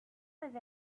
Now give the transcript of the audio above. with